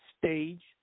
stage